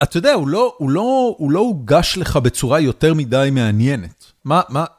אתה יודע, הוא לא הוא לא הוא לא הוגש לך בצורה יותר מדי מעניינת. מה, מה...